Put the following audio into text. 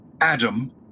Adam